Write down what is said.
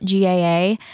GAA